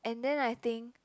and then I think